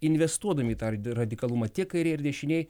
investuodami į tą radikalumą tiek kairėj ir dešinėj